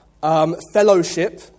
Fellowship